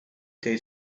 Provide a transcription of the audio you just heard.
days